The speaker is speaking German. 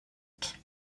hat